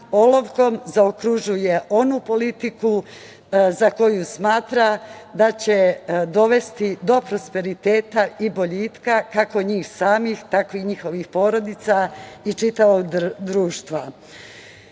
olovkom zaokružuje onu politiku za koju smatra da će dovesti do prosperiteta i boljitka, kako njih samih, tako i njihovih porodica i čitavog društva.